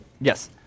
Yes